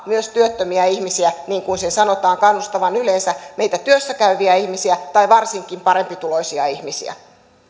myös työttömiä ihmisiä niin kuin sen sanotaan kannustavan yleensä meitä työssä käyviä ihmisiä varsinkin parempituloisia ihmisiä